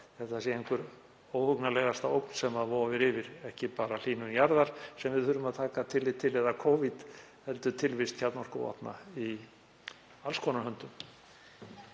þetta sé einhver óhugnanlegasta ógn sem vofir yfir, ekki bara hlýnun jarðar, sem við þurfum að taka tillit til, eða Covid heldur tilvist kjarnorkuvopna í alls konar höndum.